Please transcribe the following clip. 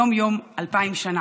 יום-יום, אלפיים שנה.